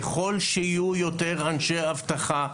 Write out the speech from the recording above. ככל שיהיו יותר אנשי אבטחה,